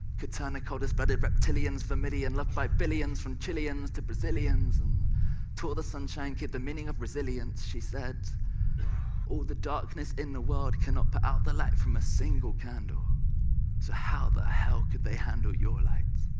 could turn the coldest blooded reptilians vermillion, loved by billions, from chileans to brazilians, and taught the sunshine kid the meaning of resilience. she said all the darkness in the world cannot put out the light from a single candle so how the hell can they handle your light?